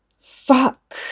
Fuck